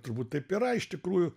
turbūt taip yra iš tikrųjų